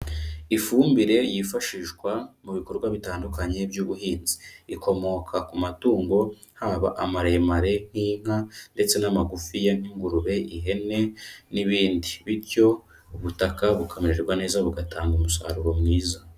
Ifumbire yifashishwa mu bikorwa bitandukanye by'ubuhinzi, ikomoka ku matungo haba amaremare nk'inka ndetse n'amagufiya n'ingurube, ihene n'ibindi bityo ubutaka bumererwa neza bugatanga umusaruro mwiza.